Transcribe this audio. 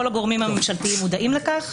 כל הגורמים הממשלתיים מודעים לכך,